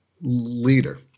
leader